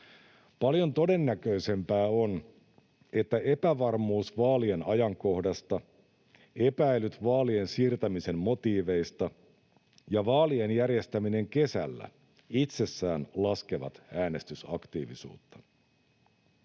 Paljon todennäköisempää on, että epävarmuus vaalien ajankohdasta, epäilyt vaalien siirtämisen motiiveista ja vaalien järjestäminen kesällä itsessään laskevat äänestysaktiivisuutta.